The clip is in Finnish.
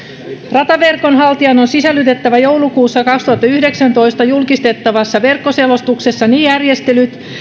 rataverkon haltijan on sisällytettävä joulukuussa kaksituhattayhdeksäntoista julkistettavaan verkkoselostukseen ne järjestelyt